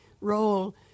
role